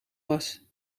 was